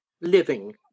Living